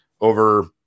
over